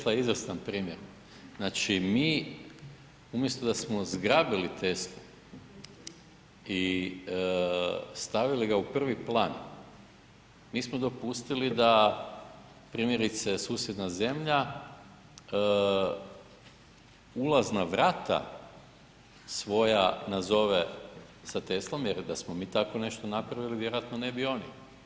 Tesla je izaslan prije, znači mi umjesto da smo zgrabili Teslu i stavili ga u prvi plan, mi smo dopustili da primjerice susjedna zemlja ulazna vrata svoja nazove sa Teslom, jer da smo mi tako nešto napravili vjerojatno ne bi oni.